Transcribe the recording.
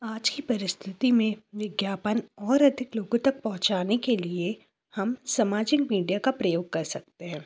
आज की परिस्थिति में विज्ञापन और अधिक लोगों तक पहुँचाने के लिए हम सामाजिक मीडिया का प्रयोग कर सकते हैं